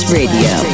radio